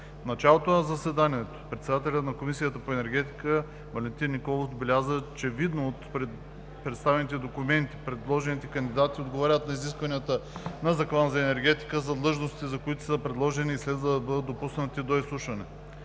началото на заседанието председателят на Комисията по енергетика Валентин Николов отбеляза, че видно от представените документи предложените кандидати отговарят на изискванията на Закона за енергетиката за длъжностите, за които са предложени, и следва да бъдат допуснати до изслушване.